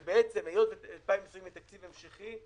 כי היות ו-2020 היא תקציב המשכי,